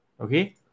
Okay